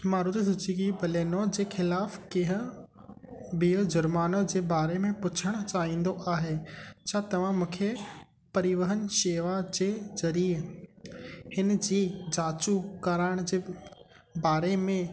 Maruti Suzuki Baleno जे खिलाफ़ु कंहिं बि ज़ुर्माने जे बारे में पुछणु चाहींदो आहे छा तव्हां मूंखे परिवहन शेवा जे ज़रिए इन जी जाच करण जे बारे में